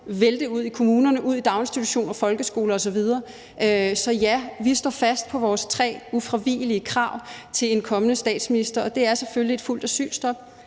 vælte ud i kommunerne, ud i daginstitutioner, folkeskole osv. Så ja, vi står fast på vores tre ufravigelige krav til en kommende statsminister, og det er selvfølgelig et fuldt asylstop,